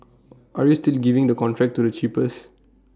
are you still giving the contract to the cheapest